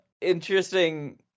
interesting